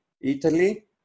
Italy